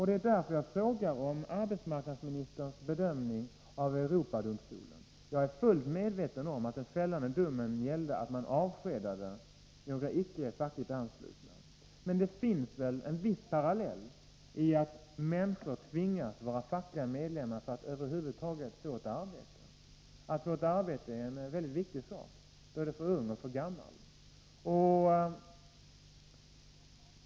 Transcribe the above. Det är därför jag frågar om arbetsmarknadsministerns bedömning av Europadomstolens dom. Jag är fullt medveten om att den fällande domen gällde att man avskedat några personer som icke var fackligt anslutna. Men det finns väl en viss parallell i att människor tvingas vara medlemmar i facket för att över huvud taget få ett arbete. Att få ett arbete är en mycket viktig sak för både ung och gammal.